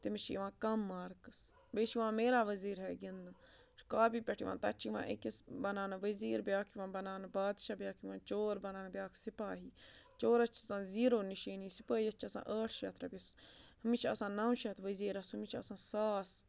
تٔمِس چھِ یِوان کَم مارکٕس بیٚیہِ چھِ یِوان میرا ؤزیٖر ہے گِنٛدنہٕ سُہ چھِ کاپی پٮ۪ٹھ یِوان تَتہِ چھِ یِوان أکِس بَناونہٕ ؤزیٖر بیٛاکھ یِوان بَناونہٕ بادشاہ بیٛاکھ یِوان چور بَناونہٕ بیٛاکھ سِپاہی چورَس چھِ آسان زیٖرو نِشٲنی سِپٲہِیَس چھِ آسان ٲٹھ شتھ رۄپیِس ہُمِس چھِ آسان نَو شَتھ ؤزیٖرَس ہُمِس چھِ آسان ساس